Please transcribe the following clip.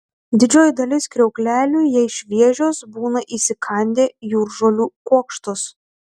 didžioji dalis kriauklelių jei šviežios būna įsikandę jūržolių kuokštus